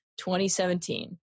2017